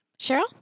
Cheryl